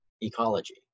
ecology